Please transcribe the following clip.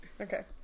Okay